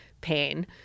pain